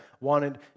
wanted